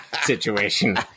situation